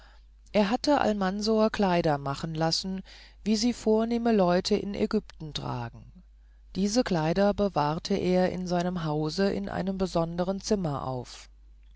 er hatte almansor kleider machen lassen wie sie vornehme leute in ägypten tragen diese kleider bewahrte er in seinem hause in einem besonderen zimmer auf